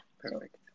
Perfect